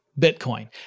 Bitcoin